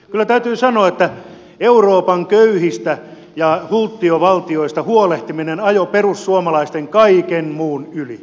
kyllä täytyy sanoa että euroopan köyhistä ja hulttiovaltioista huolehtiminen ajoi perussuomalaisten kaiken muun yli